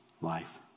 life